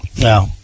No